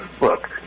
look